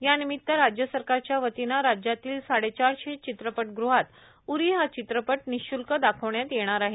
यानिमित्त राज्य सरकारच्या वतीनं राज्यातील साडेचारश्रे चित्रपटगृहात उरी ह्य चित्रपट निःशुल्क दाखवण्यात येणार आहे